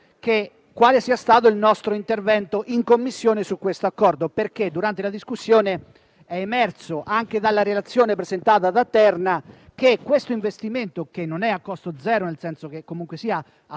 atti quale sia stato il nostro intervento in Commissione su questo Accordo, perché durante la discussione è emerso, anche dalla relazione presentata da Terna, che questo investimento, che non è a costo zero (a parte la componente